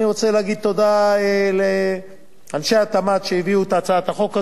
אני רוצה להגיד תודה לאנשי התמ"ת שהביאו את הצעת החוק הזאת,